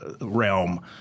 realm